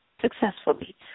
successfully